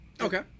Okay